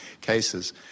cases